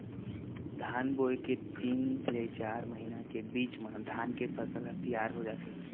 धान बोए के तीन ले चार महिना के बीच म धान के फसल ह तियार हो जाथे